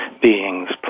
beings